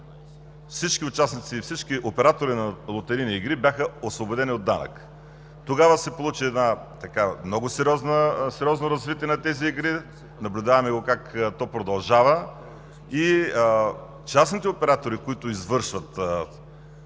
всички участници и всички оператори на лотарийни игри бяха освободени от данък. Тогава се получи едно много сериозно развитие на тези игри. Наблюдаваме го как продължава и частните оператори, които извършват